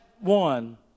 one